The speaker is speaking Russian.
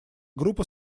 группа